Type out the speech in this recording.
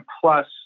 plus